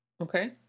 Okay